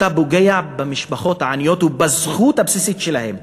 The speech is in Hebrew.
אתה פוגע במשפחות העניות ובזכות הבסיסית שלהן,